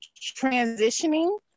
transitioning